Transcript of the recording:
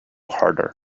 harder